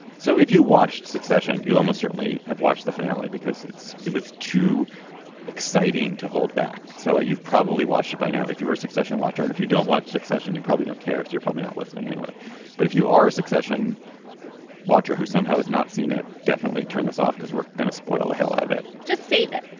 so if you watched succession you almost certainly have watched the finale because it was too exciting to hold back. so you've probably watched it by now if you were a succession watcher and if you don't watch succession you probably don't care if you're probably not listening anyway but if you are a succession watcher who somehow has not seen it definitely turn this off because we're going to spoil the hell out of it just save it.